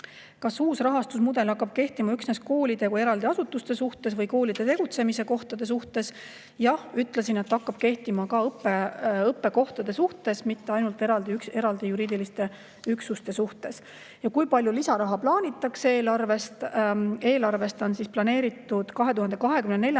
Kas uus rahastusmudel hakkab kehtima üksnes koolide kui eraldi asutuste suhtes või ka koolide tegutsemiskohtade suhtes? Jah, ütlesin, et hakkab kehtima ka õppekohtade suhtes, mitte ainult eraldi juriidiliste üksuste suhtes. Ja kui palju lisaraha plaanitakse eelarvest? Eelarvest on planeeritud 2024.